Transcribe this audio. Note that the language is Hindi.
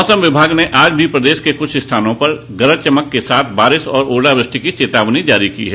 मौसम विभाग ने आज भी प्रदेश के कुछ स्थानों पर गरज चमक के साथ बारिश और ओलावृष्टि की चेतावनी जारी की है